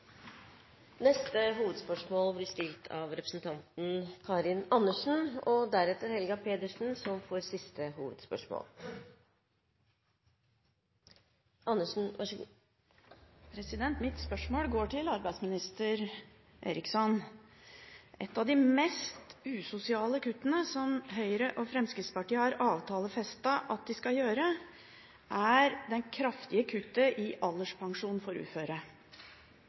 hovedspørsmål. Mitt spørsmål går til arbeidsminister Robert Eriksson. Et av de mest usosiale kuttene som Høyre og Fremskrittspartiet har avtalefestet at de skal gjøre, er det kraftige kuttet i alderspensjonen for uføre.